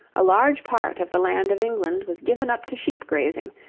a large part of the land of england was given up to sheep grazing,